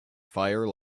fire